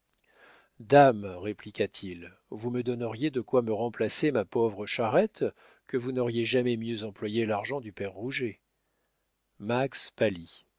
dame répliqua-t-il vous me donneriez de quoi me remplacer ma pauvre charrette que vous n'auriez jamais mieux employé l'argent du père rouget max